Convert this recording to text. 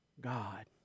God